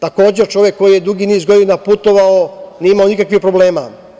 Takođe, čovek koji je dugi niz godina putovao, nije imao nikakvih problema.